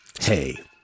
hey